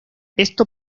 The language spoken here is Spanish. esto